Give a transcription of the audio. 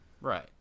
Right